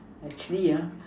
actually ah